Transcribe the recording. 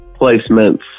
placements